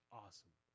awesome